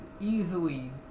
easily